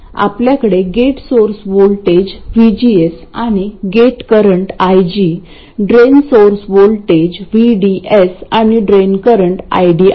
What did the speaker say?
आमच्याकडे gate source voltage - VGS आणि gate current IG drain source voltage - VDS आणि drain current ID आहे